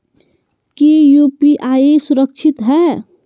की यू.पी.आई सुरक्षित है?